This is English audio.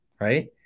right